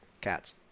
Cats